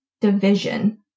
division